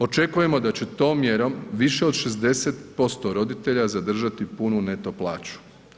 Očekujemo da će tom mjerom više od 60% roditelja zadržati punu neto plaću.